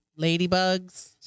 Ladybugs